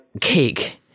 Cake